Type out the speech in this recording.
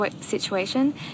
situation